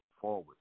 forward